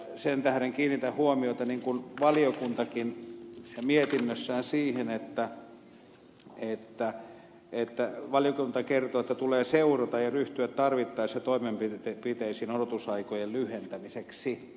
sen tähden kiinnitän huomiota niin kuin valiokuntakin mietinnössään siihen että tulee seurata ja ryhtyä tarvittaviin toimenpiteisiin odotusaikojen lyhentämiseksi